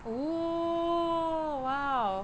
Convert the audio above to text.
oh !wow!